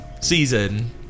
season